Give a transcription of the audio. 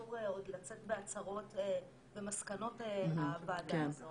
אסור עוד לצאת בהצהרות ומסקנות מהוועדה הזו,